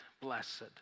blessed